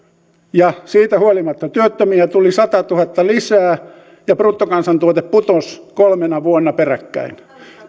ja siitä huolimatta työttömiä tuli satatuhatta lisää ja bruttokansantuote putosi kolmena vuonna peräkkäin